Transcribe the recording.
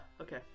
okay